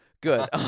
Good